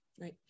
Right